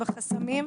בחסמים,